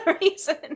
reason